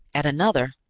at another,